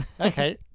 Okay